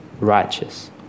righteous